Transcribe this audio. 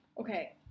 Okay